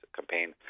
campaign